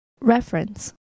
Reference